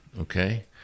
okay